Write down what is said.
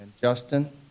Justin